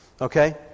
Okay